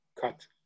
cut